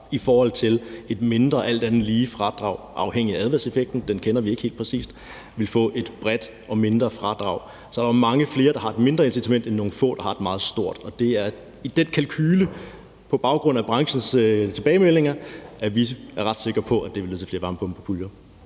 i forhold til et alt andet lige mindre fradrag, afhængigt af adfærdseffekten, som vi ikke kender helt præcis, men altså et bredt og mindre fradrag. Så er der jo mange flere, der har et mindre incitament, end nogle få, der har et meget stort. Det er ud fra den kalkule, på baggrund af branchens tilbagemeldinger, at vi er ret sikre på, at det vil lede til flere varmepumper med